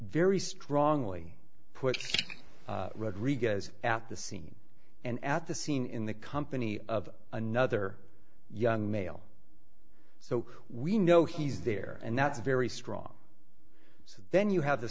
very strongly put rodriguez at the scene and at the scene in the company of another young male so we know he's there and that's very strong so then you have the